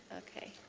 okay.